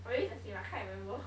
maybe it's the same I can't remember